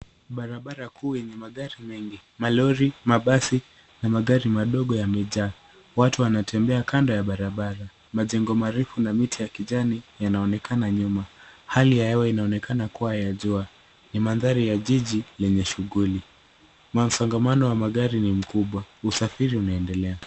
Barabara kuu yenye magari mengi, malori, mabasi, na magari madogo yamejaa. Watu wanatembea kando ya barabara. Majengo marefu na miti ya kijani yanaonekana nyuma. Hali ya hewa inaonekana kuwa ya jua. Ni mandhari ya jiji yenye shughuli. Masongamano wa magari ni mkubwa na usafiri unaendelea.